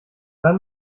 dann